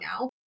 now